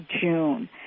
June